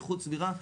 איכות סבירה.